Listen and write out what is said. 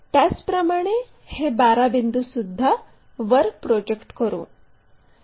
त्याचप्रमाणे हे 12 बिंदूसुद्धा वर प्रोजेक्ट करू